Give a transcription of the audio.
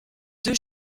deux